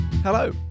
Hello